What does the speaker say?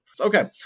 Okay